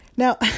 Now